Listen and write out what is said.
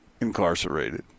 incarcerated